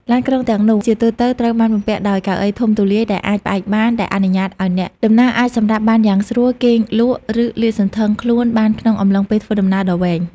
ឡានក្រុងទាំងនោះជាទូទៅត្រូវបានបំពាក់ដោយ កៅអីធំទូលាយដែលអាចផ្អែកបាន ដែលអនុញ្ញាតឱ្យអ្នកដំណើរអាចសម្រាកបានយ៉ាងស្រួល គេងលក់ ឬលាតសន្ធឹងខ្លួនបានក្នុងអំឡុងពេលធ្វើដំណើរដ៏វែង។